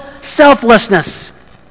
selflessness